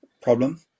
problem